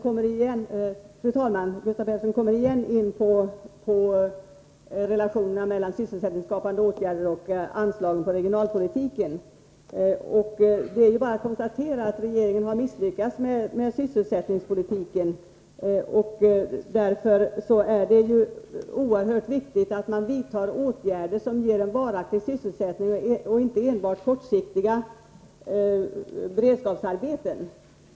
Fru talman! Gustav Persson kommer åter in på relationerna mellan sysselsättningsskapande åtgärder och anslagen till regionalpolitiken. Jag bara konstaterar att regeringen har misslyckats med sin sysselsättningspolitik. Därför är det oerhört viktigt att vi vidtar åtgärder som ger en varaktig sysselsättning och inte enbart kortsiktiga beredskapsarbeten.